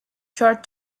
short